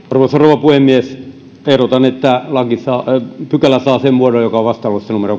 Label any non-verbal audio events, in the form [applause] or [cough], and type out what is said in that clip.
arvoisa rouva puhemies ehdotan että pykälä saa sen muodon joka on vastalauseessa numero [unintelligible]